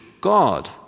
God